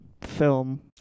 film